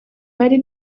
bari